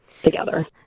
together